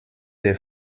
des